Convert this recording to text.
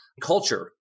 Culture